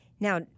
Now